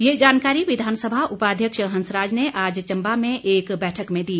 ये जानकारी विधानसभा उपाध्यक्ष हंसराज ने आज चंबा में एक बैठक में दी